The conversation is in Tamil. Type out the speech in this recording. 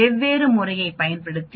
வெவ்வேறு முறையைப் பயன்படுத்தி 26